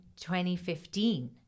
2015